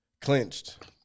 Clenched